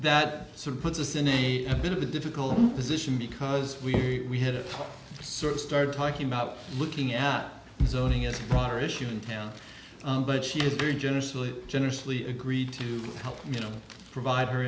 that sort of puts us in a bit of a difficult position because we had it sort of started talking about looking at zoning is a broader issue in town but she has very generously generously agreed to help you know provide her